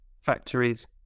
factories